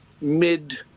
mid